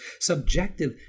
subjective